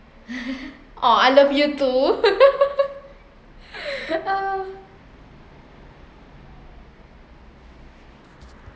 !aww! I love you too